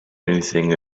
anything